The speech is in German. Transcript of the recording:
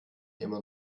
immer